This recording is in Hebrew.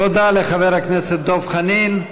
תודה לחבר הכנסת דב חנין.